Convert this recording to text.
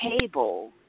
table